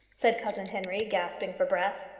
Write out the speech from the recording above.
said cousin henry, gasping for breath.